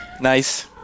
Nice